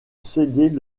céder